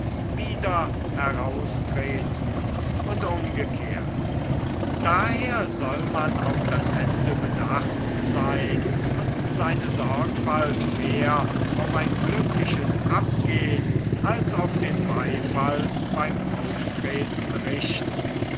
wieder heraustreten und umgekehrt daher soll man auf das ende bedacht seyn und seine sorgfalt mehr auf ein glückliches abgehn als auf den beifall beim auftreten richten